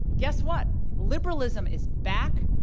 guess what? liberalism is back.